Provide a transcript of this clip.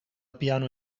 piano